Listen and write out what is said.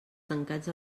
tancats